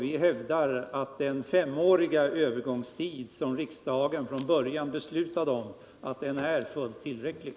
Vi hävdar att den femåriga övergångstid som riksdagen från början beslutade om är fullt tillräcklig.